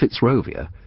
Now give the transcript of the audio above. Fitzrovia